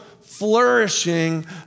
flourishing